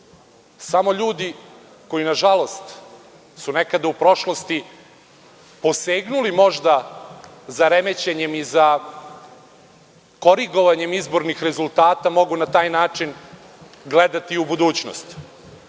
ljudi, koji su nekada u prošlosti posegnuli možda za remećenjem i možda za korigovanjem izbornih rezultata, mogu na taj način gledati u budućnost.